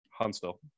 Huntsville